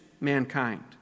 mankind